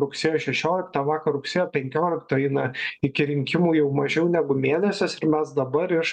rugsėjo šešiolikta vakar rugsėjo penkiolikta eina iki rinkimų jau mažiau negu mėnesis ir mes dabar iš